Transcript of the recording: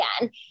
again